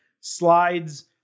slides